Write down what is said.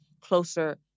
closer